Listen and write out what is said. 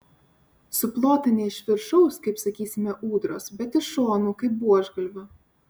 suplota ne iš viršaus kaip sakysime ūdros bet iš šonų kaip buožgalvio